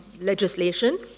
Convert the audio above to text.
legislation